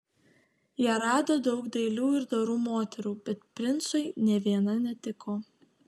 jie rado daug dailių ir dorų moterų bet princui nė viena netiko